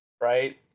right